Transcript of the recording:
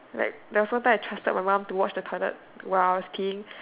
like there was one time I trusted my mom to watch the toilet while I was peeing